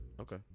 okay